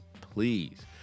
please